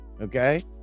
okay